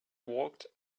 walked